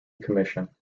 commission